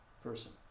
person